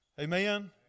Amen